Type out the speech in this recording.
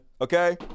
okay